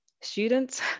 students